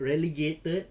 relegated